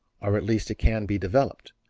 or at least it can be developed.